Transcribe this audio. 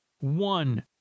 one